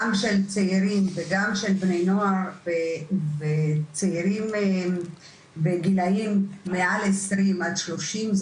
גם של צעירים וגם של בני נוער וצעירים בגילאים מעל 20 עד 30,